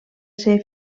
ser